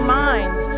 minds